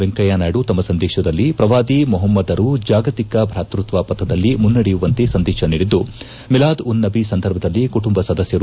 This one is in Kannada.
ವೆಂಕಯ್ಯನಾಯ್ದು ತಮ್ಮ ಸಂದೇಶದಲ್ಲಿ ಪ್ರವಾದಿ ಮೊಪಮ್ಮದರು ಜಾಗತಿಕ ಭ್ರಾಕೃತ್ತ ಪಥದಲ್ಲಿ ಮುನ್ನಡೆಯುವಂತೆ ಸಂದೇಶ ನೀಡಿದ್ದು ಮಿಲಾದ್ ಉನ್ ನಬಿ ಸಂದರ್ಭದಲ್ಲಿ ಕುಟುಂಬ ಸದಸ್ಕರು